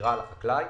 ישירה לחקלאי.